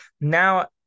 now